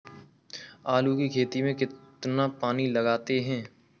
आलू की खेती में कितना पानी लगाते हैं?